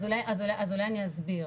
אז אולי אני אסביר,